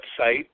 website